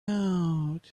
out